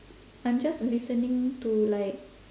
I'm just listening to like